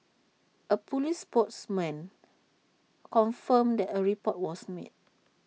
A Police spokesman confirmed that A report was made